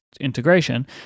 integration